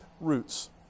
roots